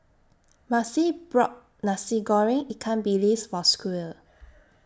Maci bought Nasi Goreng Ikan Bilis For Squire